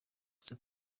gusa